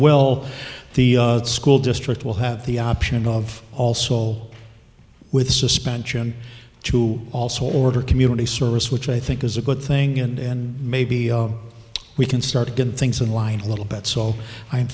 well the school district will have the option of all soul with a suspension to also order community service which i think is a good thing and maybe we can start getting things in line a little bit so i